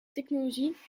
technologie